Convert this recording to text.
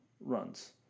runs